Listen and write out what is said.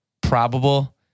probable